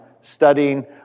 studying